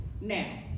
Now